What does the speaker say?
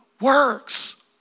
works